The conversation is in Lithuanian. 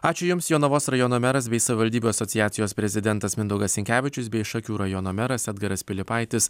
ačiū jums jonavos rajono meras bei savivaldybių asociacijos prezidentas mindaugas sinkevičius bei šakių rajono meras edgaras pilypaitis